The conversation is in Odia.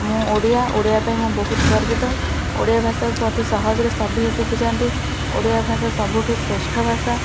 ମୁଁ ଓଡ଼ିଆ ଓଡ଼ିଆ ପାଇଁ ମୁଁ ବହୁତ ଗର୍ବିତ ଓଡ଼ିଆ ଭାଷାକୁ ଅତି ସହଜରେ ସଭିଏଁ ଶିଖିଯାନ୍ତି ଓଡ଼ିଆ ଭାଷା ସବୁଠୁ ଶ୍ରେଷ୍ଠ ଭାଷା